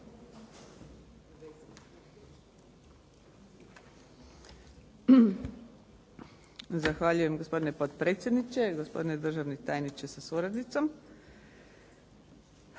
Zahvaljujem gospodine potpredsjedniče, gospodine državni tajniče sa suradnicom.